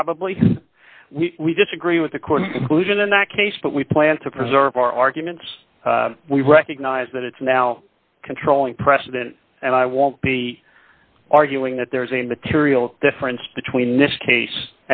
probably we disagree with the court in that case but we plan to preserve our arguments we recognize that it's now controlling precedent and i won't be arguing that there is a material difference between this case